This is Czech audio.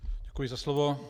Děkuji za slovo.